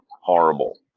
horrible